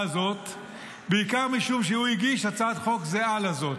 הזאת בעיקר משום שהוא הגיש הצעת חוק זהה לזאת.